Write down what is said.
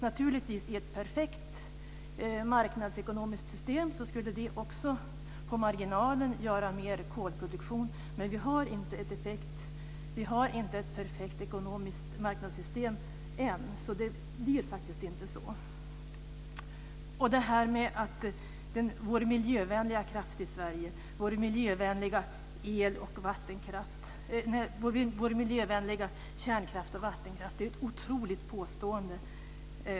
Naturligtvis skulle det i ett perfekt marknadsekonomiskt system också på marginalen ge mer kolproduktion men vi har inte ett perfekt marknadsekonomiskt system än, så det blir faktiskt inte så. Det här talet om vår miljövänliga kraft i Sverige, vår miljövänliga kärn och vattenkraft är ett otroligt påstående.